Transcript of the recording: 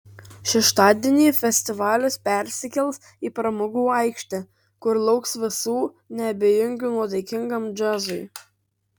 šeštadienį festivalis persikels į pramogų aikštę kur lauks visų neabejingų nuotaikingam džiazui